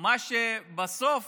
מה שבסוף